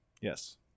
Yes